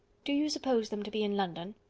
do you suppose them to be in london?